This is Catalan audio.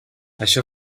això